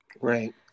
Right